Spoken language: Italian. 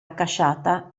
accasciata